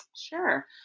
Sure